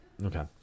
Okay